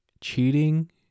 cheating